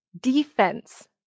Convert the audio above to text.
defense